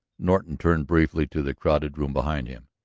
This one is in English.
norton turned briefly to the crowded room behind him.